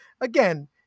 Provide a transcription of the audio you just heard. again